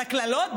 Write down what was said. על הקללות,